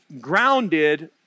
grounded